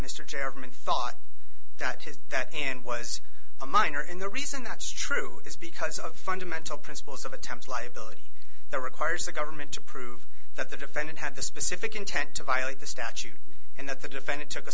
chairman thought that his that and was a minor and the reason that's true is because of fundamental principles of attempts liability that requires the government to prove that the defendant had the specific intent to violate the statute and that the defendant took a